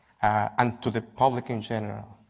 and to the public in general.